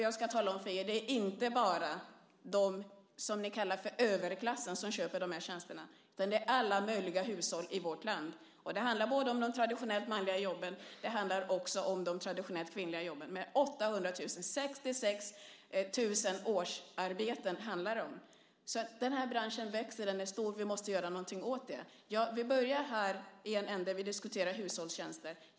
Jag ska tala om för er att det inte bara är de ni kallar överklassen som köper de här tjänsterna, utan det gör alla möjliga hushåll i vårt land. Det handlar både om de traditionellt manliga jobben och om de traditionellt kvinnliga jobben. Det handlar om 66 000 årsarbeten. Den svarta branschen växer. Den är stor, och vi måste göra något åt det. Nu börjar vi i en ända och diskuterar hushållstjänster.